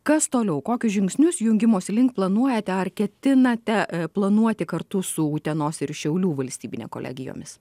kas toliau kokius žingsnius jungimosi link planuojate ar ketinate planuoti kartu su utenos ir šiaulių valstybinėm kolegijomis